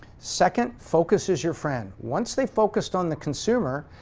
second, focus is your friend. once they focused on the consumer,